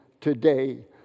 today